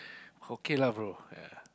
okay lah bro